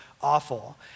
awful